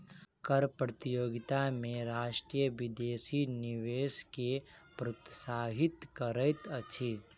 कर प्रतियोगिता में राष्ट्र विदेशी निवेश के प्रोत्साहित करैत अछि